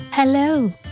Hello